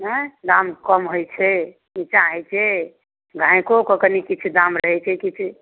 एँ दाम कम होइ छै नीचाँ होइ छै ग्राहकोके कनि किछु दाम रहै छै किछु